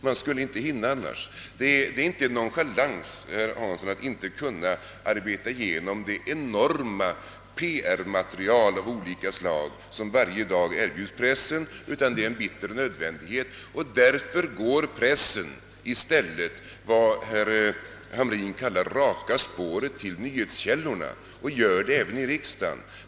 Man skulle inte hinna annars. Det är inte nonchalans, herr Hansson, att inte gå igenom det enorma PR-material av olika slag som varje dag er bjuds pressen, utan det är en bitter nödvändighet. Därför går pressen i stället vad herr Hamrin kallar raka spåret på nyhetskällorna och gör det även här i riksdagen.